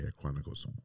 Chronicles